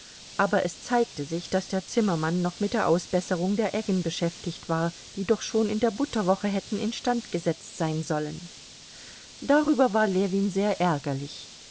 aber es zeigte sich daß der zimmermann noch mit der ausbesserung der eggen beschäftigt war die doch schon in der butterwoche hätten instand gesetzt sein sollen darüber war ljewin sehr ärgerlich